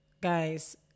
Guys